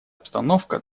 обстановка